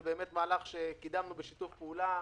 זה מהלך שקידמנו בשיתוף פעולה: